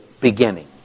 beginning